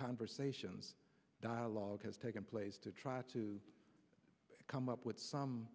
conversations dialogue has taken place to try to come up with some